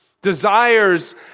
desires